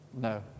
No